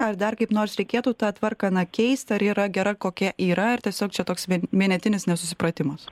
ar dar kaip nors reikėtų tą tvarką na keisti ar yra gera kokia yra ar tiesiog čia toks vienetinis nesusipratimas